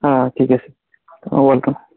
হাঁ ঠিক আছে অঁ ৱেলকাম